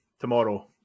tomorrow